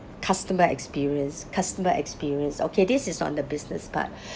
customer experience customer experience okay this is on the business part